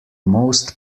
most